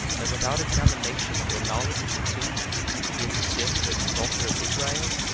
that without examination or knowledge of the truth ye have condemned a daughter of israel?